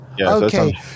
Okay